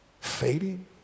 fading